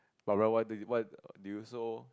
but what why why do you so